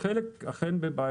וחלק אכן בבעיה.